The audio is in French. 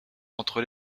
entre